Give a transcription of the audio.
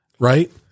Right